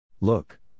Look